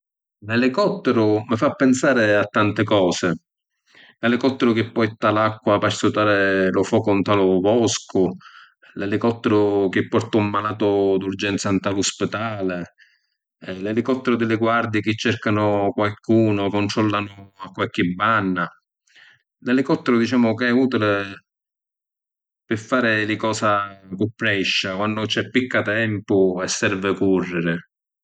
L’elicottiru mi fa pinsari a tanti cosi. L’elicottiru chi porta l’acqua p’astutari lu focu nta lu voscu. L’elicottiru chi porta un malatu d’urgenza nta lu spitali. L’elicottiru di li guardii chi cercanu qualcunu o cuntrollanu a qualchi banna. L’elicottiru dicemu ca è utili pi fari li cosa cu prescia, quannu c’è picca tempu e servi curriri.